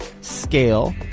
scale